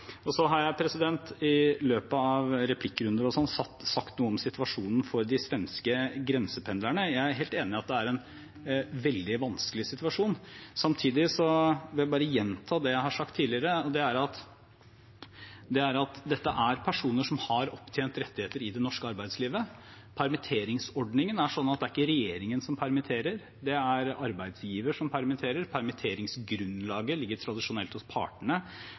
Så har jeg i løpet av replikkrunder og sånt sagt noe om situasjonen for de svenske grensependlerne. Jeg er helt enig i at det er en veldig vanskelig situasjon. Samtidig vil jeg bare gjenta det jeg har sagt tidligere, og det er at dette er personer som har opptjent rettigheter i det norske arbeidslivet. Permitteringsordningen er sånn at det er ikke regjeringen som permitterer, det er arbeidsgiver som permitterer. Permitteringsgrunnlaget ligger tradisjonelt til partene